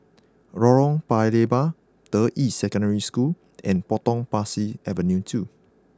Lorong Paya Lebar Deyi Secondary School and Potong Pasir Avenue two